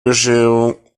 bescherung